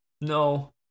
No